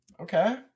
okay